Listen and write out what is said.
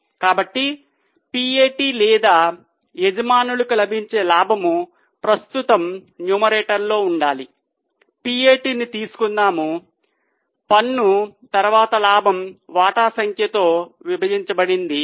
కాబట్టి PAT లేదా యజమానులకు లభించే లాభం ప్రస్తుతం న్యూమరేటర్లో ఉండాలి PAT ను తీసుకుందాం పన్ను తరువాత లాభం వాటాల సంఖ్యతో విభజించబడింది